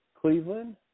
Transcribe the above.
Cleveland